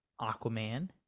Aquaman